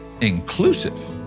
inclusive